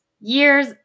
years